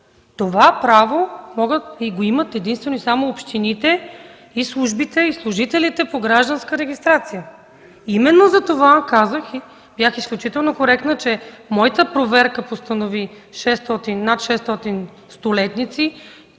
Това право могат и го имат единствено и само общините и службите, служителите по гражданска регистрация. Именно затова казах, и бях изключително коректна, че моята проверка постанови над 600 столетници,